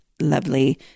lovely